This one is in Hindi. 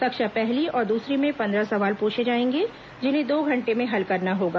कक्षा पहली और दूसरी में पंद्रह सवाल पूछे जाएंगे जिन्हें दो घंटे में हल करना होगा